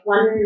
One